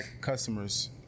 Customers